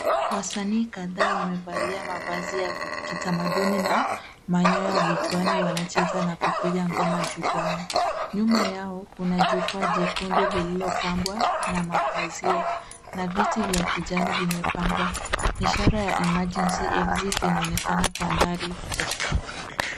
Wasanii kadhaa wamevalia mavazi ya kitamaduni na manyoya vichwani. Wanacheza na kupiga ngoma jukwaani. Nyuma yao, kuna jukwaa jekundu lililopambwa na mapazia na viti vya kijani vimepangwa. Ishara ya emergency exit inaonekana kwa mbali.